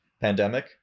pandemic